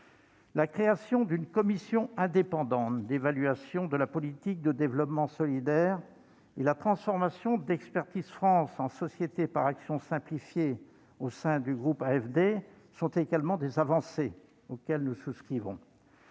La création d'une commission indépendante d'évaluation de la politique de développement solidaire et la transformation d'Expertise France en société par actions simplifiée au sein du groupe AFD sont également des avancées auxquelles nous souscrivons.